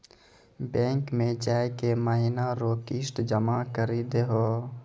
bank मे जाय के महीना रो किस्त जमा करी दहो